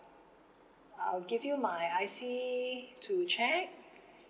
I'll give you my I_C to check